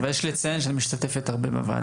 אבל יש לציין שאת משתתפת הרבה בוועדה.